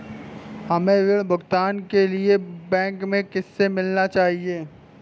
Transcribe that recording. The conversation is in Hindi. मुझे ऋण भुगतान के लिए बैंक में किससे मिलना चाहिए?